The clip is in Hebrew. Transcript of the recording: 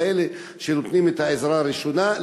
אלא אלה שנותנים את העזרה הראשונה,